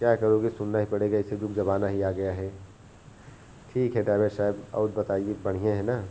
क्या करोगे सुनना ही पड़ेगा ऐसे जुग ज़माना ही आ गया है ठीक है ड्राइवर साहब और बताइए बढ़िया है ना